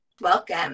welcome